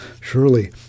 surely